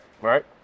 Right